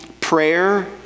prayer